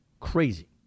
Crazy